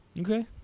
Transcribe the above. Okay